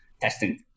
testing